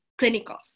clinicals